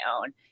own